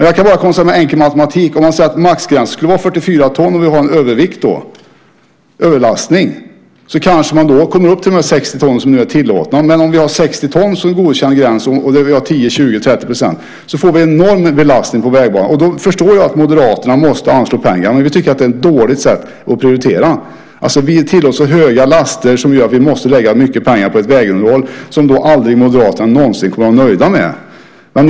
Jag kan konstatera med enkel matematik att om man säger att maxgränsen skulle vara 44 ton och vi har en överlastning man då kanske kommer upp till de 60 ton som nu är tillåtna. Men om vi har 60 ton som godkänd gräns och 10, 20 eller 30 % får vi en enorm belastning på vägbanan. Då förstår jag att Moderaterna måste anslå pengar. Men vi tycker att det är ett dåligt sätt att prioritera, att tillåta så höga laster att vi måste lägga mycket pengar på ett vägunderhåll som Moderaterna aldrig någonsin kommer att vara nöjda med.